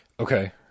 Okay